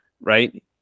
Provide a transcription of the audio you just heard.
right